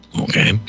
okay